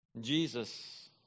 Jesus